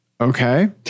Okay